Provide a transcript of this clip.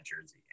jersey